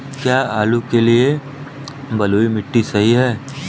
क्या आलू के लिए बलुई मिट्टी सही है?